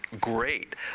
great